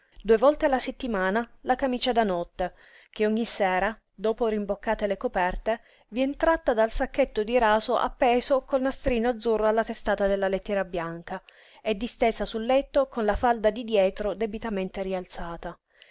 due volte la settimana la camicia da notte che ogni sera dopo rimboccate le coperte vien tratta dal sacchetto di raso appeso col nastrino azzurro alla testata della lettiera bianca e distesa sul letto con la falda di dietro debitamente rialzata